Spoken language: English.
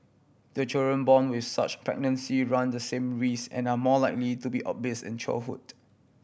the children born with such pregnancy run the same risk and are more likely to be obese in childhood